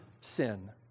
sin